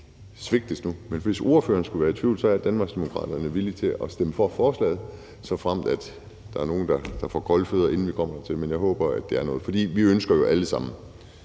hvis ordføreren skulle være i tvivl, vil jeg sige, at Danmarksdemokraterne er villige til at stemme for forslaget, såfremt der er nogle, der får kolde fødder, inden vi kommer dertil, men jeg håber, det er noget. Vi ønsker jo alle sammen